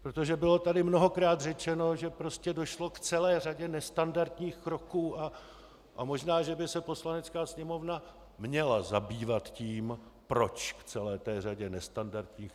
Protože bylo tady mnohokrát řečeno, že došlo k celé řadě nestandardních kroků, a možná že by se Poslanecká sněmovna měla zabývat tím, proč k celé té řadě nestandardních kroků došlo.